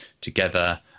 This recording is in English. together